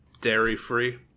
dairy-free